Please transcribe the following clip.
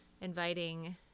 inviting